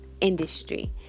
industry